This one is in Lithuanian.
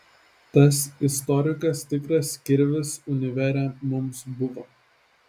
tas istorikas tikras kirvis univere mums buvo